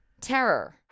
terror